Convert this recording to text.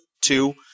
two